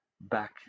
back